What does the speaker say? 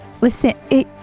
Listen